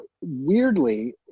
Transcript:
weirdly